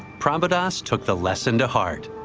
but um but ah so took the lesson to heart.